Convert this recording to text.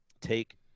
take